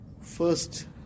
first